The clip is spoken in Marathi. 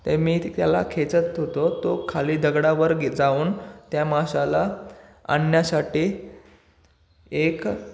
ते मी त्याला खेचत होतो तो खाली दगडावर गे जाऊन त्या माशाला आणण्यासाठी एक